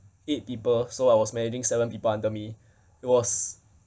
eight people so I was managing seven people under me it was